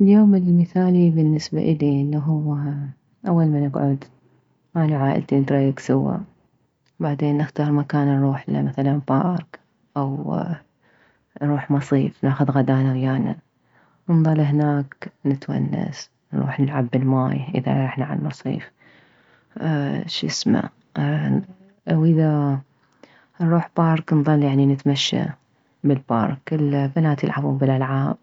اليوم المثالي بالنسبة الي انه اول ما نكعد اني وعائلتي نتريك سوه وبعدين نختار مكان نروحله مثلا بارك او نروح مصيف ناخذ غدانه ويانه ونظل هناك نتونس نروح نلعب بالماي اذا رحنا عالمصيف اه شسمه واذا نروح بارك نظل يعني نتمشى بالبارك البنات يلعبون بالالعاب